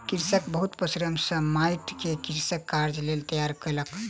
कृषक बहुत परिश्रम सॅ माइट के कृषि कार्यक लेल तैयार केलक